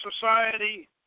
society